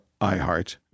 iHeart